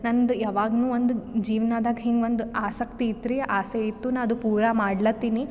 ನಂದು ಯಾವಾಗ್ಲೂ ಒಂದು ಜೀವನದಾಗ ಹಿಂಗ ಒಂದು ಆಸಕ್ತಿ ಇತ್ತು ರೀ ಆಸೆ ಇತ್ತು ನಾ ಅದು ಪೂರ ಮಾಡ್ಲತ್ತೀನಿ